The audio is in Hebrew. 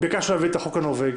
ביקשנו להביא את החוק הנורווגי.